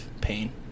Pain